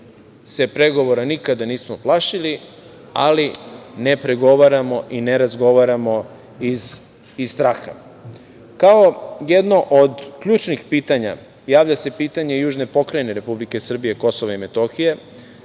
se pregovora nikada nismo plašili, ali ne pregovaramo i ne razgovaramo iz straha. Kao jedno od ključnih pitanja javlja se pitanje južne Pokrajine Republike Srbije, Kosova i Metohije.